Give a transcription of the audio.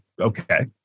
okay